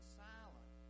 silent